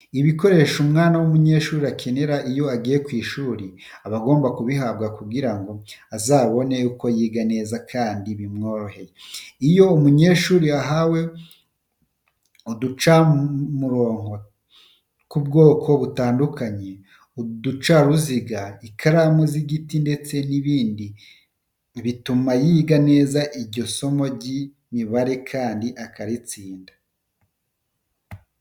Ibikoresho umwana w'umunyeshuri akenera iyo agiye ku ishuri aba agomba kubihabwa kugira ngo azabone uko yiga neza kandi bimworoheye. Iyo umunyeshuri ahawe uducamurongo tw'ubwoko butandukanye, uducaruziga, ikaramu y'igiti ndetse n'ibindi bituma yiga neza isomo ry'imibare kandi akaritsinda.